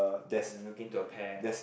and looking to a pair